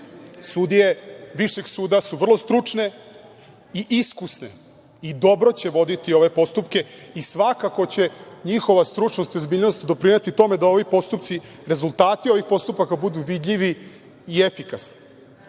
sudije višeg suda su vrlo stručne i iskusne i dobro će voditi ove postupke i svakako će njihova stručnost i ozbiljnost doprineti tome da ovi postupci, rezultati ovih postupaka budu vidljivi i efikasni. Smatram